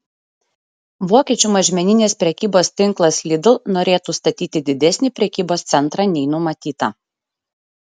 vokiečių mažmeninės prekybos tinklas lidl norėtų statyti didesnį prekybos centrą nei numatyta